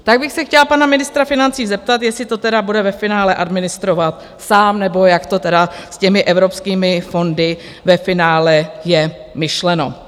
Tak bych se chtěla pana ministra financí zeptat, jestli to tedy bude ve finále administrovat sám, nebo jak to tedy s těmi evropskými fondy ve finále je myšleno.